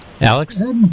Alex